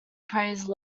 praise